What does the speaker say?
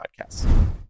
podcasts